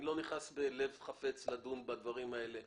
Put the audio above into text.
לא נכנס בלב חפץ לדון בדברים האלה,